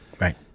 Right